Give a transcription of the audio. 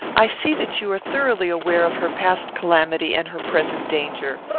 i see that you are thoroughly aware of her past calamity and her present danger.